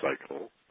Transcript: cycle